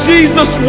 Jesus